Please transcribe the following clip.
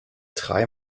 drei